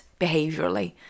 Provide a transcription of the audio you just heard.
behaviourally